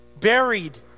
buried